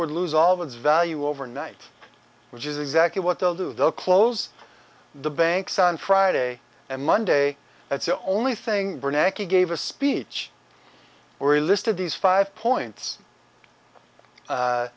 would lose all of its value overnight which is exactly what they'll do they'll close the banks on friday and monday that's the only thing bernanke gave a speech where he listed these five points